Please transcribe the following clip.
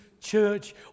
church